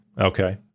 Okay